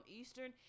eastern